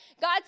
God